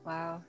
Wow